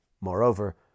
Moreover